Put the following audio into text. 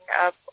up